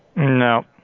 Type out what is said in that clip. No